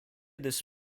this